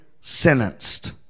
sentenced